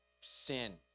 sin